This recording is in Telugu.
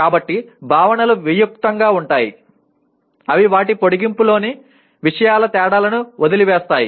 కాబట్టి భావనలు వియుక్తంగా ఉంటాయి అవి వాటి పొడిగింపులోని విషయాల తేడాలను వదిలివేస్తాయి